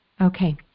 Okay